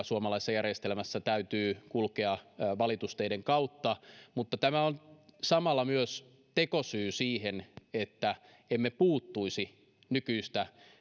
suomalaisessa järjestelmässä sen täytyy kulkea valitusteiden kautta mutta tämä on samalla myös tekosyy siihen että emme puuttuisi nykyistä